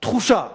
תחושה